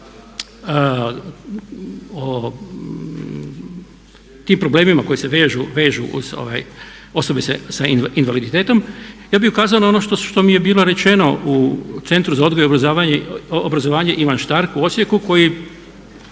o tim problemima koji se vežu, vežu uz osobe s invaliditetom ja bi ukazao na ono što mi je bilo rečeno u Centru za odgoj i obrazovanje Ivan Štark u Osijeku koji